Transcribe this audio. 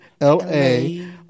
L-A